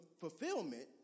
fulfillment